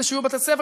כדי שיהיו בתי-ספר,